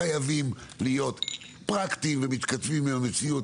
חייבים להיות פרקטיים ומתכתבים עם המציאות,